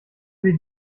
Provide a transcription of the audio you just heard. sie